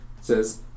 says